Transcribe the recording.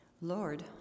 Lord